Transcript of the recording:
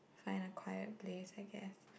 find a quiet place I guess